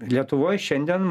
lietuvoj šiandien